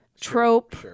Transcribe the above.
trope